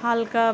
হালকা